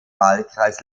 wahlkreis